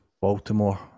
Baltimore